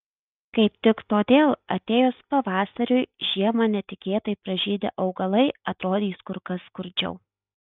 kaip tik todėl atėjus pavasariui žiemą netikėtai pražydę augalai atrodys kur kas skurdžiau